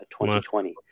2020